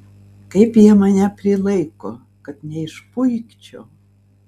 kaip jie mane prilaiko kad neišpuikčiau